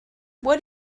what